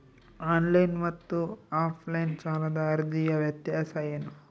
Online ಮತ್ತು offline ಸಾಲದ ಅರ್ಜಿಯ ವ್ಯತ್ಯಾಸ ಏನು?